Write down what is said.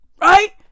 Right